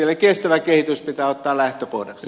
eli kestävä kehitys pitää ottaa lähtökohdaksi